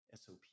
SOP